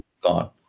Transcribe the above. gone